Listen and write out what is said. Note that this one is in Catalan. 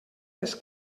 les